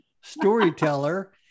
storyteller